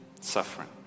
suffering